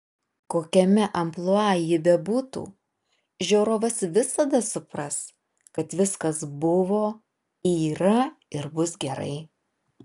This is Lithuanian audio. kokiame amplua ji bebūtų žiūrovas visada supras kad viskas buvo yra ir bus gerai